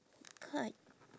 card